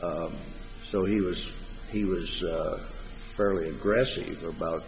so he was he was fairly aggressive about